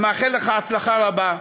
ומאחל לך הצלחה רבה.